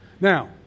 now